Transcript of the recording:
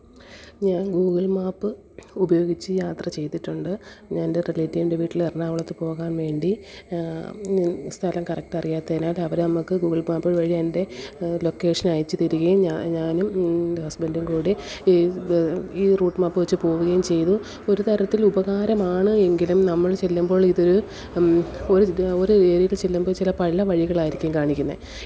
ഞാന് Google map ഉപയോഗിച്ചു യാത്ര ചെയ്തിട്ടുണ്ട് ഞാൻ എന്റെ റിലേറ്റീവിന്റെ വീട്ടിൽ എറണാകുളത്ത് പോകാന് വേണ്ടി സ്ഥലം കറക്റ്റ് അറിയാത്തതിനാല് അത് അവർ നമുക്ക് ഗൂഗിള് മാപ്പ് വഴി എന്റെ ലൊക്കേഷൻ അയച്ചു തരികയും ഞാനും ഹസ്ബൻ്റും കൂടി ഈ റൂട്ട് മാപ്പ് വച്ച് പോവുകയും ചെയ്തു ഒരു തരത്തിൽ ഉപകാരമാണ് എങ്കിലും നമ്മൾ ചെല്ലുമ്പോൾ ഇതൊരു ഒരു ഒരു ഏരിയയിൽ ചെല്ലുമ്പം ഇത് പല വഴികളായിരിക്കും കാണിക്കുന്നത്